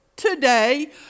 Today